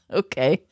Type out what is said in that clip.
okay